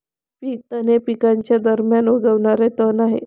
पीक तण हे पिकांच्या दरम्यान उगवणारे तण आहे